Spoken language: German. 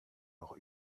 noch